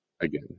again